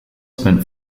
spent